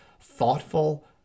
thoughtful